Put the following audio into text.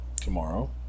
tomorrow